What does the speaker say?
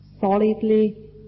solidly